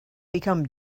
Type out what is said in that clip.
become